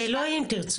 זה לא אם תירצו.